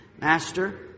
Master